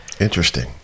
Interesting